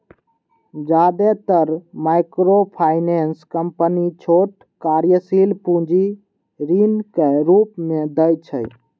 जादेतर microfinance company छोट कार्यशील पूंजी ऋणक रूप मे दै छै